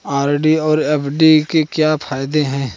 RD और FD के क्या फायदे हैं?